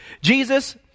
Jesus